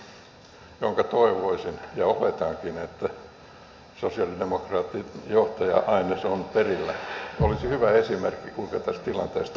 saksan esimerkki josta toivoisin ja oletankin että sosialidemokraattijohtaja aines on perillä olisi hyvä esimerkki kuinka tästä tilanteesta päästäisiin selville vesille